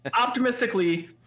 optimistically